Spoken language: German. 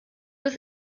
des